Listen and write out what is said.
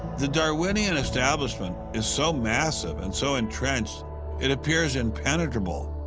the darwinian establishment is so massive and so entrenched it appears impenetrable.